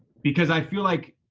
because i feel like